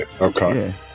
okay